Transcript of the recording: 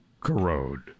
corrode